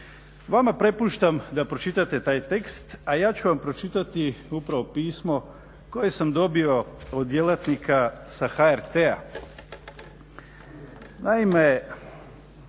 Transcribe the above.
Vama prepuštam da pročitate taj tekst, a ja ću vam pročitati upravo pismo koje sam dobio od djelatnika sa HRT-a. Obraćamo